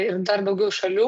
ir dar daugiau šalių